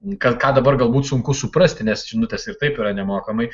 kad ką dabar galbūt sunku suprasti nes žinutės ir taip yra nemokamai